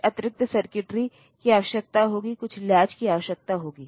कुछ अतिरिक्त सर्किटरी की आवश्यकता होगी कुछ लैच की आवश्यकता होगी